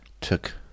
took